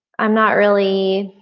i'm not really,